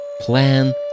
Plan